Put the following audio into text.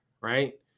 right